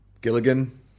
Gilligan